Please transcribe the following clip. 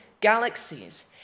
galaxies